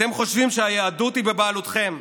אתם חושבים שהיהדות היא בבעלותכם,